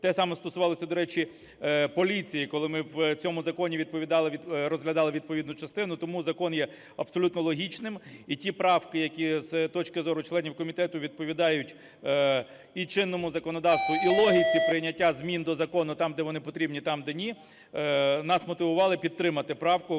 Те саме стосувалося, до речі, поліції, коли ми в цьому законі розглядали відповідну частину. Тому закон є абсолютно логічним і ті правки, які, з точки зору членів комітету, відповідають і чинному законодавству, і логіці прийняття змін до закону там, де вони потрібні, там, де ні, нас мотивували підтримати правку